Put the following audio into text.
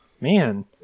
Man